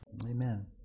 Amen